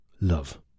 love